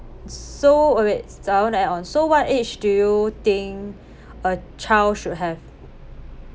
so eh wait I want to add on so what age do you think a child should have